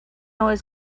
always